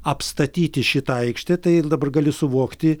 apstatyti šitą aikštę tai ir dabar gali suvokti